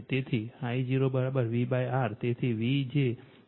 તેથી I0VR તેથી V જે 0